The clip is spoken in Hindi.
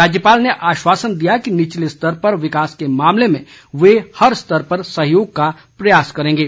राज्यपाल ने आश्वासन दिया कि निचले स्तर पर विकास के मामले में वे हर स्तर पर सहयोग का प्रयास करेंगे